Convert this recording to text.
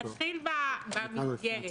נתחיל במסגרת